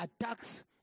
attacks